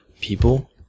people